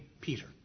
Peter